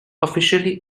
officially